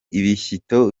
ibishyito